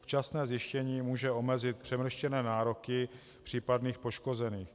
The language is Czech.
Včasné zjištění může omezit přemrštěné nároky případných poškozených.